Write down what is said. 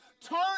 turn